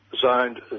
zoned